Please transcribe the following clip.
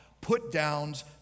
put-downs